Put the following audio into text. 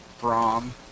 Brom